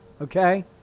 okay